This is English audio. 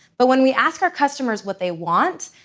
but when we ask our customers what they want,